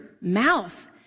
mouth